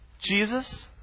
Jesus